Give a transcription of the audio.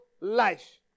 life